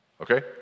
Okay